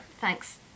Thanks